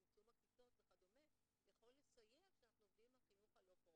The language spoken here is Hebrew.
צמצום הכיתות וכדומה יכול לסייע כשאנחנו עובדים עם החינוך הלא-פורמלי,